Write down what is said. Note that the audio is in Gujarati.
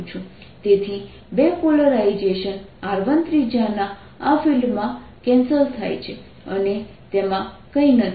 તેથી બે પોલરાઇઝેશન R1 ત્રિજ્યા ના આ ફિલ્ડમાં કેન્સલ થાય છે અને તેમાં કંઈ નથી